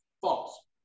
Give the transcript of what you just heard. false